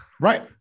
Right